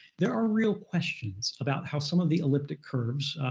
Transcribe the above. there are real questions about how some of the elliptic curves,